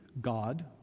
God